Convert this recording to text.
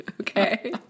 Okay